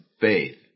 faith